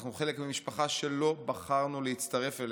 אנחנו חלק ממשפחה שלא בחרנו להצטרף אליה,